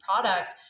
product